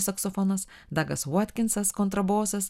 saksofonas dagas votkinsas kontrabosas